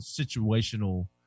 situational